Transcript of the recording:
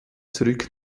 zurück